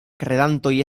kredantoj